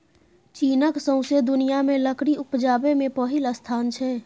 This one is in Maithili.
चीनक सौंसे दुनियाँ मे लकड़ी उपजाबै मे पहिल स्थान छै